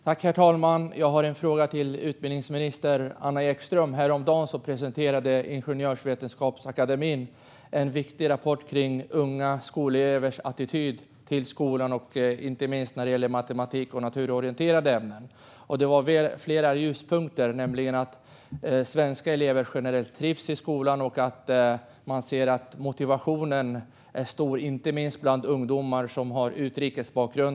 Herr talman! Jag har en fråga till utbildningsminister Anna Ekström. Häromdagen presenterade Ingenjörsvetenskapsakademien en viktig rapport kring unga skolelevers attityd till skolan, inte minst när det gäller matematik och naturorienterande ämnen. Det fanns flera ljuspunkter, nämligen att svenska elever generellt trivs i skolan och att man ser att motivationen är stor, inte minst bland ungdomar som har utrikes bakgrund.